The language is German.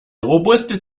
robuste